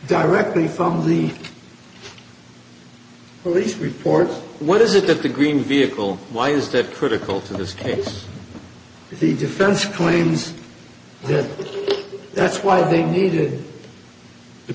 directly from the police report what is it that the green vehicle why is that critical to this case if the defense claims that that's why they needed the